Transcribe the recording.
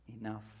Enough